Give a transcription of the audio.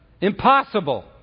Impossible